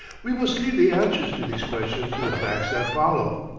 we must leave the answer to these questions to the facts that follow.